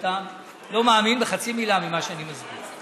אותם לא מאמין בחצי מילה ממה שאני מסביר.